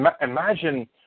imagine